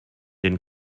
den